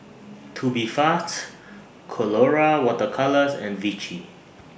Tubifast Colora Water Colours and Vichy